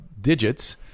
digits